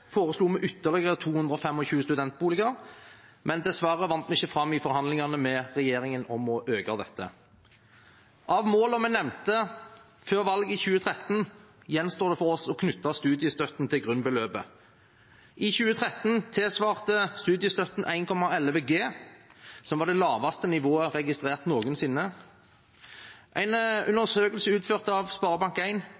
foreslo vi ytterligere 225 studentboliger, men dessverre vant vi ikke fram i forhandlingene med regjeringen om å øke det. Av målene vi nevnte før valget i 2013, gjenstår det for oss å knytte studiestøtten til grunnbeløpet. I 2013 tilsvarte studiestøtten 1,11G, som var det laveste nivået registrert noensinne. En